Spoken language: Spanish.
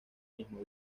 mismo